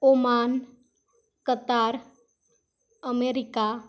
Oman Qatar America